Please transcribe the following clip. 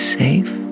safe